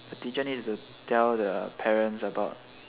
the teacher need to tell the parents about